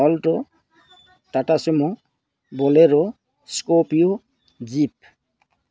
alt' Tata Sumo Bolero Scorpio jeep